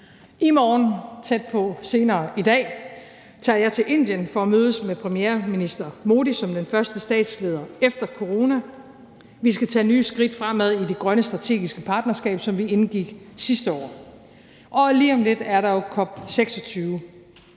I morgen – tæt på senere i dag – tager jeg til Indien for at mødes med premierminister Modi som den første statsleder efter corona. Vi skal tage nye skridt fremad i det grønne strategiske partnerskab, som vi indgik sidste år, og lige om lidt er der jo COP26.